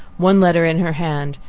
one letter in her hand,